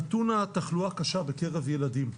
נתון התחלואה הקשה בקרב ילדים.